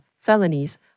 felonies